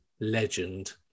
legend